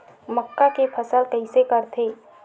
मक्का के फसल कइसे करथे?